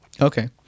Okay